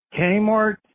Kmart